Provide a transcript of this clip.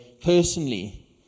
personally